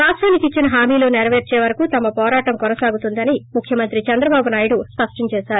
రాష్టానికి ఇచ్చిన హామీలు నెరపేర్చే వరకు తమ పోరాటం కొనసాగుతుందని ముఖ్యమంత్రి చంద్రబాబు నాయుడు స్పష్టం చేశారు